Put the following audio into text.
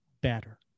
better